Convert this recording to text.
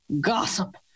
gossip